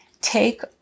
Take